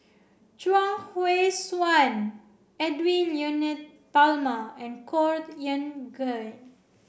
Chuang Hui Tsuan Edwy Lyonet Talma and Khor Ean Ghee